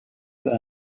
that